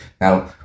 Now